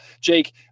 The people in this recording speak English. Jake